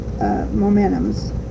Momentum's